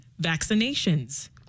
vaccinations